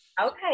Okay